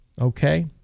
Okay